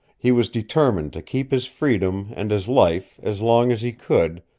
he was determined to keep his freedom and his life as long as he could,